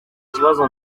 kibazo